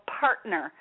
partner